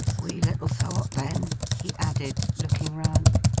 we little thought, then he added, looking round,